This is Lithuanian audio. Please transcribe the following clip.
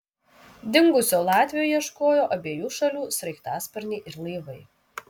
dingusio latvio ieškojo abiejų šalių sraigtasparniai ir laivai